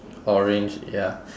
orange ya